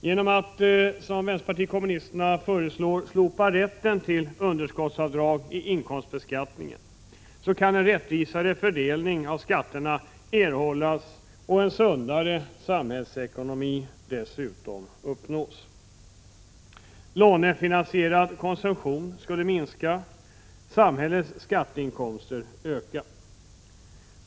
Genom att — som vpk föreslår — slopa rätten till underskottsavdrag i inkomstbeskattningen kan man erhålla en rättvisare fördelning av skatterna och dessutom uppnå en sundare samhällsekonomi. Lånefinansierad konsumtion skulle minska och samhällets skatteinkomster öka.